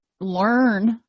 learn